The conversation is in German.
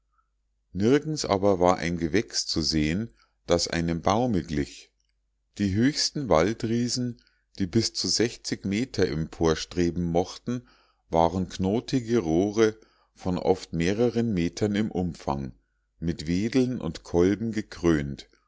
nirgends aber war ein gewächs zu sehen das einem baume glich die höchsten waldriesen die bis zu sechzig meter emporstreben mochten waren knotige rohre von oft mehreren metern im umfang mit wedeln und kolben gekrönt